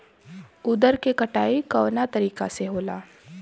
उरद के कटाई कवना तरीका से होला?